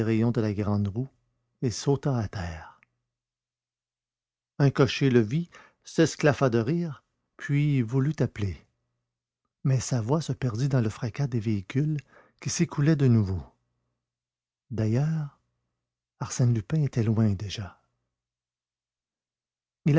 de la grande roue et sauta à terre un cocher le vit s'esclaffa de rire puis voulut appeler mais sa voix se perdit dans le fracas des véhicules qui s'écoulaient de nouveau d'ailleurs arsène lupin était loin déjà